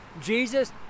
Jesus